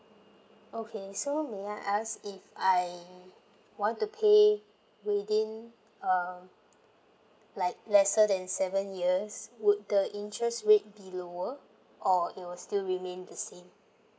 okay so may I ask if I want to pay within uh like lesser than seven years would the interest rate be lower or it will still remain the same